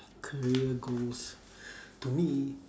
career goals to me